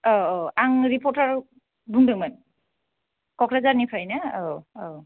औ औ आं रिपर्टार बुंदोंमोन क'क्राझारनिफ्रायनो औ औ